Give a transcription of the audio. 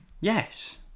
Yes